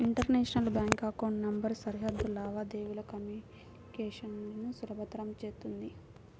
international bank account number సరిహద్దు లావాదేవీల communication ను సులభతరం చేత్తుంది